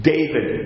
David